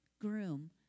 groom